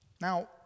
Now